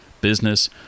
business